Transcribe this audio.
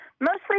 Mostly